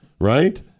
Right